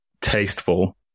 tasteful